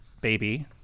Baby